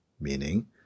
Meaning